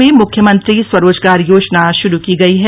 राज्य में मुख्यमंत्री स्वरोजगार योजना शुरू की गई है